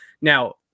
now